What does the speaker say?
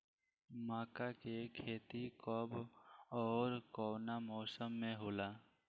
मका के खेती कब ओर कवना मौसम में होला?